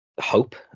hope